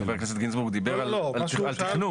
חבר הכנסת גינזבורג דיבר על תכנון.